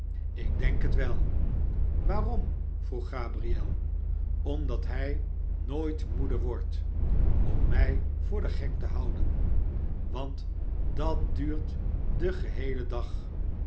ik denk het wel waarom vroeg gabriel omdat hij nooit moede wordt om mij voor den gek te houden want dat duurt den geheelen dag